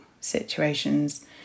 situations